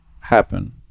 happen